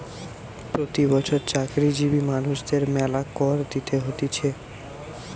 প্রতি বছর চাকরিজীবী মানুষদের মেলা কর দিতে হতিছে